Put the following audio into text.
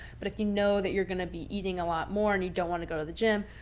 but if you know that you're going to be eating a lot more and you don't want to go to the gym.